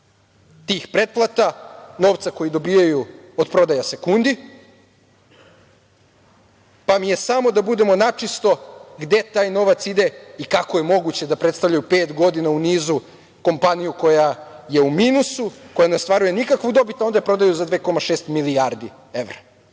tih pretplata novca koji dobijaju od prodaja sekundi, pa mi je samo da budemo načisto gde taj novac ide i kako je moguće da predstavljaju pet godina u nizu kompaniju koja je u minusu, koja ne ostvaruje nikakvu dobit, a onda je prodaju za 2,6 milijardi evra.